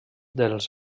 dels